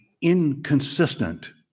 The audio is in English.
inconsistent